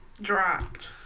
dropped